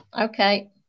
okay